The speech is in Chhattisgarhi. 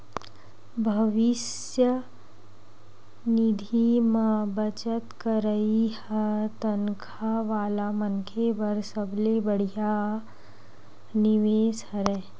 भविस्य निधि म बचत करई ह तनखा वाला मनखे बर सबले बड़िहा निवेस हरय